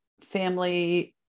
family